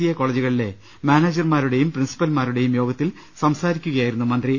A അകോളേജുകളിലെ മാനേജർമാരുടെയും പ്രിൻസിപ്പൽമാരുടെയും യോഗത്തിൽ സംസാരിക്കു കയായിരുന്നു അദ്ദേഹം